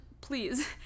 please